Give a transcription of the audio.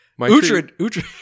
Utrid